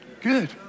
good